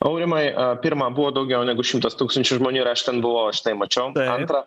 aurimai pirma buvo daugiau negu šimtas tūkstančių žmonių ir aš ten buvau aš tai mačiau antra